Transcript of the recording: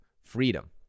freedom